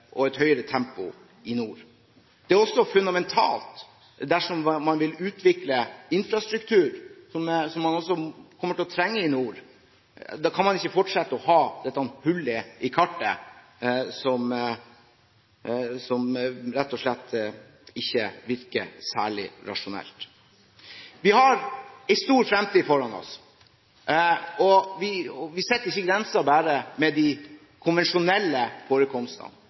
og et høyere tempo i nord. Det er også fundamentalt dersom man vil utvikle infrastruktur, som man også kommer til å trenge i nord, at man ikke fortsetter å ha dette hullet i kartet, som rett og slett ikke virker særlig rasjonelt. Vi har en stor fremtid foran oss, og vi setter ikke grensen bare ved de konvensjonelle forekomstene.